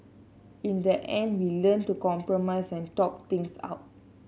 in the end we learnt to compromise and talk things out